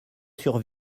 sur